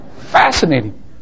Fascinating